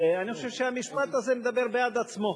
אני חושב שהמשפט הזה מדבר בעד עצמו,